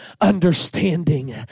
understanding